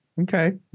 okay